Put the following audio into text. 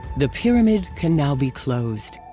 the pyramid can now be closed.